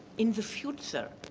in the future,